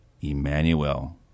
Emmanuel